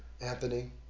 Anthony